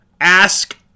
Ask